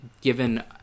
given